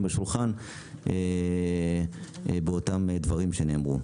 מסביב לשולחן לגבי אותם דברים שנאמרו.